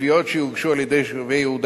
ותביעות שיוגשו על-ידי תושבי יהודה